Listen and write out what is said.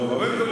חבר הכנסת חנין,